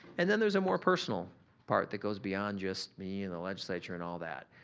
and then there's a more personal part that goes beyond just me and the legislature and all that.